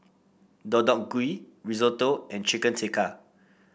Deodeok Gui Risotto and Chicken Tikka